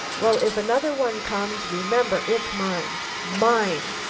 well, if another one comes, remember it's mine! mine!